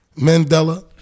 Mandela